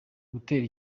gutera